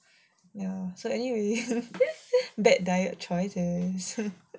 ya so anyway bad diet choice and so